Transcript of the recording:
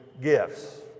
gifts